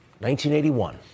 1981